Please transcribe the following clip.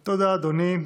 תודה, אדוני.